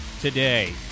today